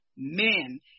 Men